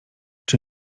czy